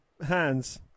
hands